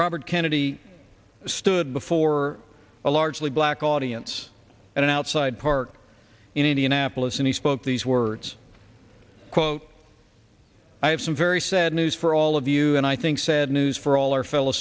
robert kennedy stood before a largely black audience at an outside park in indianapolis and he spoke these words quote i have some very sad news for all of you and i think sad news for all our fellow